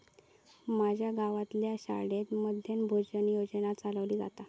माज्या गावातल्या शाळेत मध्यान्न भोजन योजना चलवली जाता